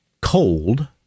cold